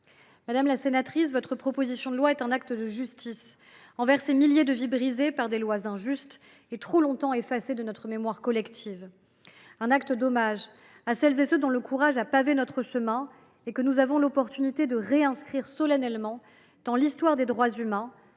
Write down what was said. Madame la sénatrice, votre proposition de loi est un acte de justice envers ces milliers de vies brisées par des lois injustes et trop longtemps effacées de notre mémoire collective. Elle est un hommage à celles et ceux dont le courage a pavé notre chemin et que nous avons l’opportunité de réinscrire solennellement dans l’histoire des droits humains,